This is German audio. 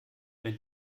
wenn